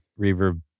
reverb